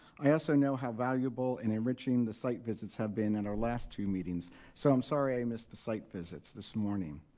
i also know how valuable and enriching the site visits have been in our last two meetings so i'm sorry the missed the site visits this morning.